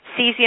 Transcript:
cesium